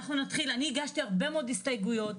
אני הגשתי הרבה מאוד הסתייגויות,